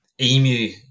Emu